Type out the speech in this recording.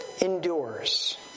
endures